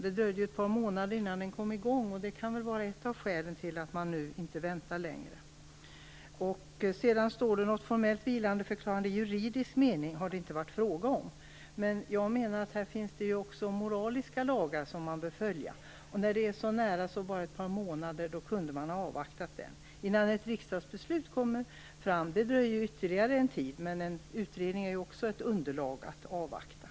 Det dröjde ett par månader innan kommittén kom i gång, och det kan väl vara ett av skälen till att man nu inte väntar längre. Det står i svaret: "Något formellt vilandeförklarande i juridisk mening har det emellertid inte varit fråga om." Men jag menar att det också finns moraliska lagar som man bör följa här. När det var så nära som bara ett par månader kunde man ha avvaktat. Det dröjer ju ytterligare en tid innan ett riksdagsbeslut kommer fram, men en utredning är också ett underlag att avvakta.